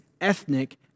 ethnic